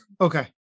Okay